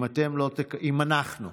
אם אתם, אנחנו,